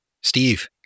Steve